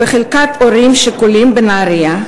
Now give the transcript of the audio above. בחלקת ההורים השכולים בנהרייה,